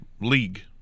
league